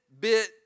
bit